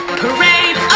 parade